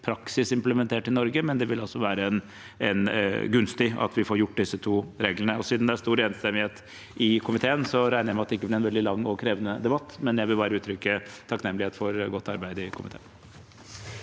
men det vil være gunstig at vi får gjort disse to regelendringene. Siden det er stor enstemmighet i komiteen, regner jeg med det ikke blir en veldig lang og krevende debatt, men jeg vil bare uttrykke takknemlighet for godt arbeid i komiteen.